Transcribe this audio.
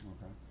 Okay